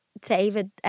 David